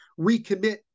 recommit